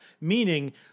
Meaning